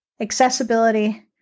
accessibility